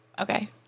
okay